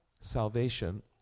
salvation